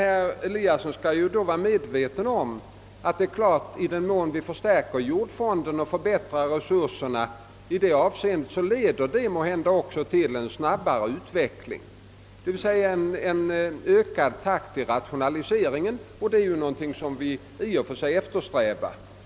Herr Eliasson måste emellertid vara medveten om att i den mån vi förstärker jordfonden och förbättrar resurserna leder detta måhända till ett ökat tempo i rationaliseringen, vilket är någonting som vi i och för sig eftersträvar.